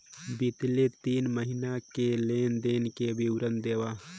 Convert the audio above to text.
बितले तीन महीना के लेन देन के विवरण देवा?